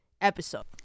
episode